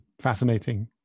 fascinating